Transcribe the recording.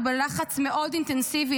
בלחץ מאוד אינטנסיבי,